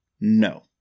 No